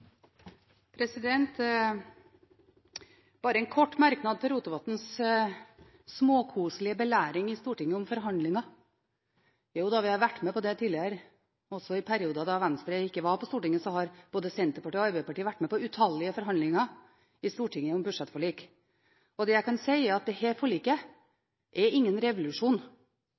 Bare en kort merknad til Rotevatns småkoselige belæring i Stortinget om forhandlinger. Jo da, vi har vært med på det tidligere. Også i perioder da Venstre ikke var på Stortinget, har både Senterpartiet og Arbeiderpartiet vært med på utallige forhandlinger i Stortinget om budsjettforlik, og det jeg kan si, er at dette forliket ikke er noen revolusjon.